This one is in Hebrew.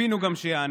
ציפינו גם שיענה.